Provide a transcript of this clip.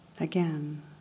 Again